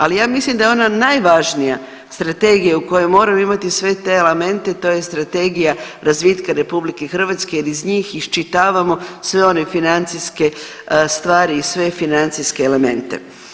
Ali ja mislim da je ona najvažnija strategija u kojoj moram imati sve te elemente to je Strategija razvitka Republike Hrvatske jer iz njih iščitavamo sve one financijske stvari i sve financijske elemente.